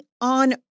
on